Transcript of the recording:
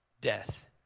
Death